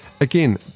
Again